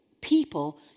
people